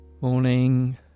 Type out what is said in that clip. Morning